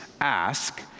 Ask